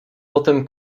potem